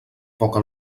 poca